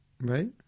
Right